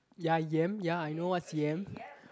ya yam ya I know what's yam